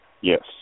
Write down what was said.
Yes